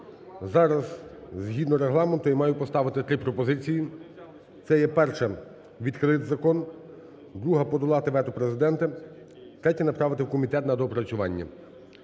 Зараз, згідно Регламенту, я маю поставити три пропозиції. Це є, перше, відхилити закон, друге, подолати вето Президента, третє, направити в комітет на доопрацювання.